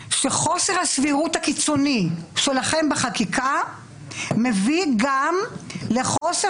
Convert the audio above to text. שחוסר הסבירות הקיצוני שלכם בחקיקה מביא גם לחוסר